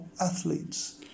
athletes